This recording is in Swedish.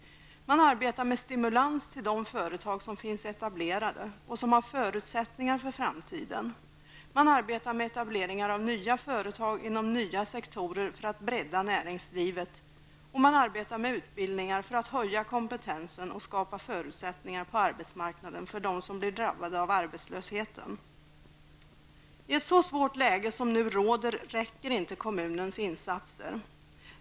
Man arbetar med stimulans till de företag som finns etablerade och som har förutsättningar för framtiden, man arbetar med etableringar av nya företag inom nya sektorer för att bredda näringslivet, och man arbetar med utbildningar för att höja kompetensen och skapa förutsättningar på arbetsmarknaden för dem som blir drabbade av arbetslösheten. I ett så svårt läge som det som nu råder räcker inte kommunernas insatser.